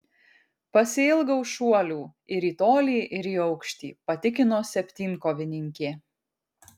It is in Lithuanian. pasiilgau šuolių ir į tolį ir į aukštį patikino septynkovininkė